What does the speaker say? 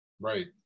right